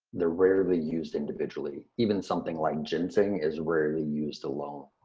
they're rarely used individually. even something like ginseng is rarely used alone.